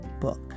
book